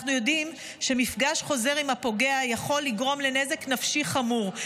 אנחנו יודעים שמפגש חוזר עם הפוגע יכול לגרום לנזק נפשי חמור,